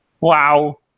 wow